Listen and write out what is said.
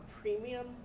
premium